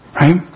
right